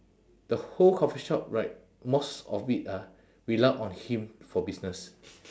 the whole coffee shop right most of it ah rely on him for business